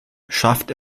schafft